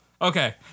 Okay